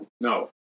No